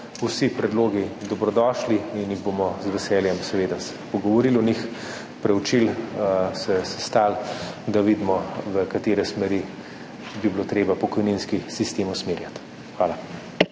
vsi predlogi dobrodošli in se bomo z veseljem, seveda, pogovorili o njih, jih preučili, se sestali, da vidimo, v katere smeri bi bilo treba pokojninski sistem usmerjati. Hvala.